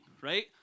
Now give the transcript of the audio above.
right